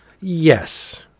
Yes